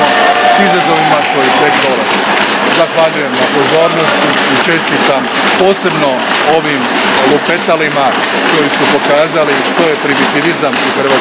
Hvala vam